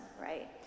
right